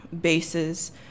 bases